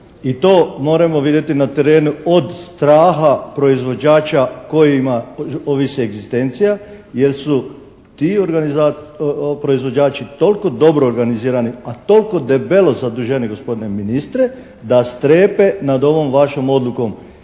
i to moremo videti na terenu od straha proizvođača kojima ovisi egzistencija jer su ti proizvođači tol'ko dobro organizirani a tol'ko debelo zaduženi gospodine ministre, da strepe nad ovom vašom odlukom.